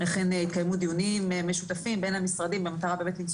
אכן התקיימו דיונים משותפים בין המשרדים במטרה באמת למצוא